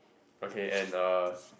okay and a